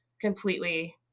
completely